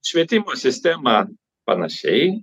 švietimo sistema panašiai